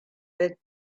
that